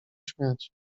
śmiać